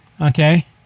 Okay